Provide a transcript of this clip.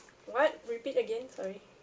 what repeat again sorry